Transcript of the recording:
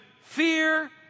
fear